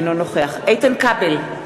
אינו נוכח איתן כבל,